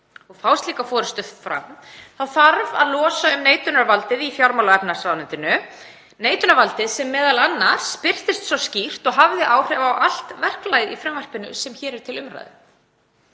og fá slíka forystu fram þarf að losa um neitunarvaldið í fjármála- og efnahagsráðuneytinu, neitunarvaldið sem m.a. birtist svo skýrt og hafði áhrif á allt verklagið í frumvarpinu sem hér er til umræðu.